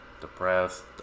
depressed